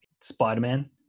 spider-man